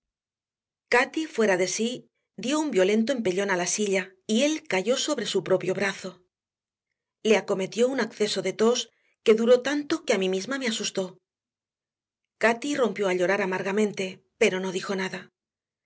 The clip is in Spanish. cati fuera de sí dio un violento empellón a la silla y él cayó sobre su propio brazo le acometió un acceso de tos que duró tanto que a mí misma me asustó cati rompió a llorar amargamente pero no dijo nada